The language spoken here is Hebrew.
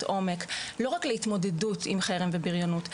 עומק לא רק להתמודדות עם חרם ובריונות,